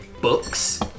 books